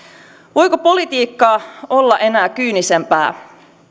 voiko politiikka olla enää kyynisempää